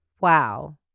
wow